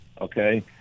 Okay